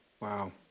Wow